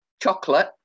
chocolate